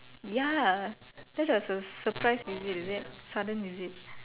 ya that was what surprise visit is it sudden visit